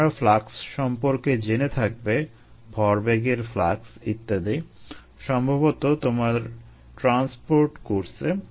তোমরা ফ্লাক্স সম্পর্কে জেনে থাকবে ভরবেগের ফ্লাক্স ইত্যাদি সম্ভবত তোমার ট্রান্সপোর্ট কোর্সে